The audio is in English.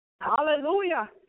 hallelujah